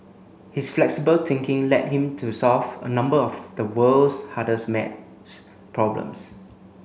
his flexible thinking led him to solve a number of the world's hardest maths problems